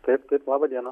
taip taip laba diena